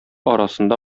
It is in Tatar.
арасында